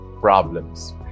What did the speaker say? problems